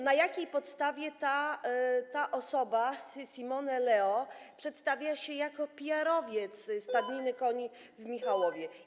Na jakiej podstawie ta osoba, Simone Leo, przedstawia się jako PR-owiec Stadniny Koni w Michałowie?